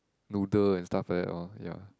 noodle and stuff like that loh ya